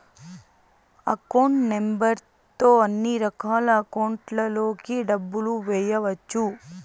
account number తో అన్నిరకాల అకౌంట్లలోకి డబ్బులు ఎయ్యవచ్చు